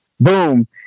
boom